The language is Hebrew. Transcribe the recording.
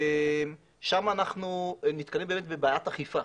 שם אנחנו נתקלים בבעיית אכיפה.